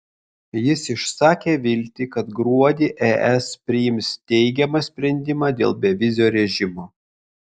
jis išsakė viltį kad gruodį es priims teigiamą sprendimą dėl bevizio režimo